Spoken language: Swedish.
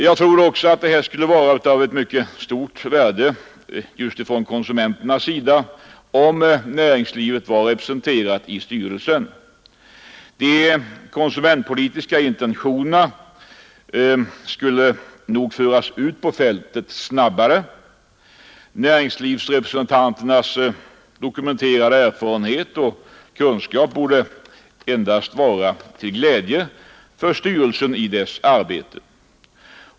Sannolikt skulle det också vara av värde just för konsumenterna om näringslivet var representerat i styrelsen, De konsumentpolitiska intentionerna skulle föras ut på fältet snabbare. Näringslivsrepresentanternas dokumenterade erfarenhet och kunskap borde endast vara till glädje för styrelsen i dess arbete.